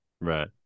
Right